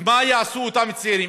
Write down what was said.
מה יעשו אותם צעירים?